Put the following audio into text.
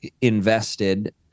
invested